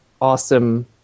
awesome